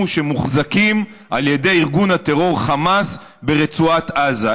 שמוחזקים על ידי ארגון הטרור חמאס ברצועת עזה.